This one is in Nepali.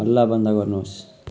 हल्ला बन्द गर्नुहोस्